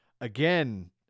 again